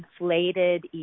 inflated